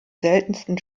seltensten